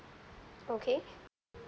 okay